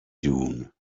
dune